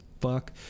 fuck